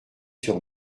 sur